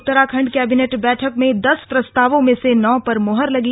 Uttarakhand cabinet बैठक में दस प्रस्तावों में से नौ पर मुहर लगी